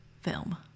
film